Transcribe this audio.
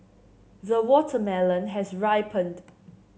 the watermelon has ripened